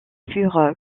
furent